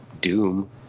Doom